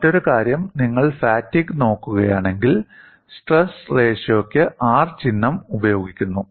മറ്റൊരു കാര്യം നിങ്ങൾ ഫാറ്റീഗ് നോക്കുകയാണെങ്കിൽ സ്ട്രെസ് റേഷ്യോയ്ക്ക് R ചിഹ്നം ഉപയോഗിക്കുന്നു